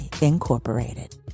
Incorporated